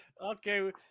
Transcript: Okay